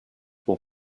pour